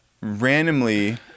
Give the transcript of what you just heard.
randomly